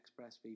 ExpressVPN